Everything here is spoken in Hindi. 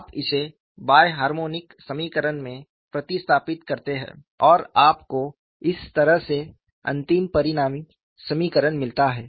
आप इसे बाय हार्मोनिक समीकरण में प्रतिस्थापित करते हैं और आपको इस तरह से अंतिम परिणामी समीकरण मिलता है